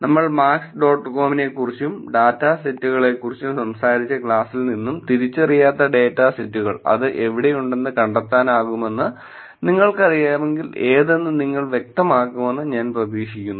നമ്മൾ max dot കോമിനെക്കുറിച്ചും data സെറ്റുകളെക്കുറിച്ചും സംസാരിച്ച ക്ലാസ്സിൽ നിന്നും തിരിച്ചറിയാത്ത ഡാറ്റാസെറ്റുകൾ അത് എവിടെയുണ്ടെന്ന് കണ്ടെത്താനാകുമെന്ന് നിങ്ങൾക്കറിയാമെങ്കിൽ ഏതെന്ന് നിങ്ങൾ വ്യക്തമാക്കുമെന്ന് ഞാൻ പ്രതീക്ഷിക്കുന്നു